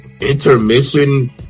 intermission